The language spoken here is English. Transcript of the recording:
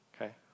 okay